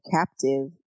captive